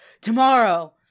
Tomorrow